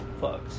fucks